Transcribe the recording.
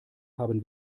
haben